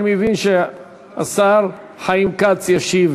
אם כן, אני מזמין את השר המקשר חבר הכנסת יריב